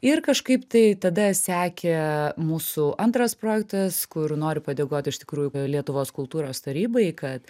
ir kažkaip tai tada sekė mūsų antras projektas kur noriu padėkot iš tikrųjų lietuvos kultūros tarybai kad